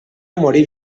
morí